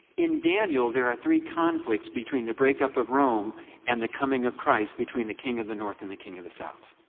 in daniel, there are three conflicts between the breakup of rome and the coming of christ, between the king of the north and the king of the south.